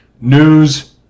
news